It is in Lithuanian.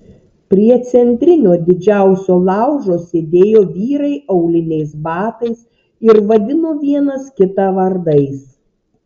prie centrinio didžiausio laužo sėdėjo vyrai auliniais batais ir vadino vienas kitą vardais